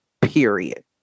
period